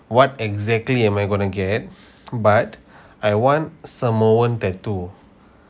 what exactly am I going to get but I want samoan tatoo